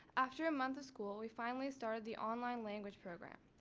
after a month of school we finally started the online language program.